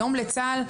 היום לצה"ל,